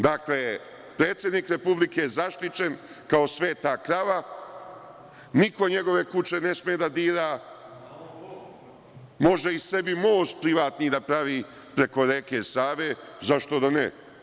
Dakle, predsednik Republike je zaštićen kao sveta krava, niko njegove kuće ne sme da dira, može sebi i most privatni da pravi preko reke Save, zašto da ne?